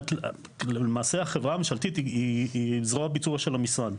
למעשה החברה הממשלתית היא זרוע ביצוע של המשרד,